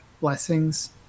blessings